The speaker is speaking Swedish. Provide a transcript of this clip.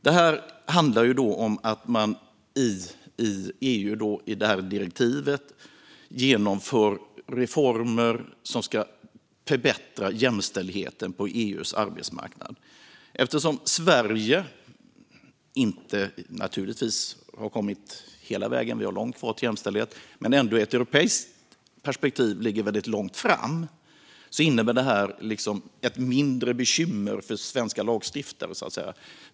Genom det här direktivet genomför EU reformer som ska förbättra jämställdheten på EU:s arbetsmarknad. Sverige har naturligtvis inte kommit hela vägen. Vi har långt kvar till jämställdhet. Men i ett europeiskt perspektiv ligger vi ändå väldigt långt fram. Därför innebär det här ett mindre bekymmer för svenska lagstiftare.